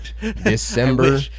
December